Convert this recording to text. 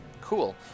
Cool